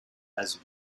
has